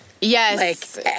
Yes